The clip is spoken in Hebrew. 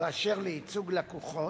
באשר לייצוג לקוחות,